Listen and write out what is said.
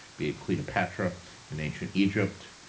be it cleopatra in ancient egypt,